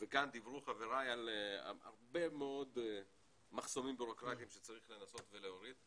וכאן דיברו חבריי על הרבה מאוד מחסומים בירוקרטיים שצריך לנסות ולהוריד,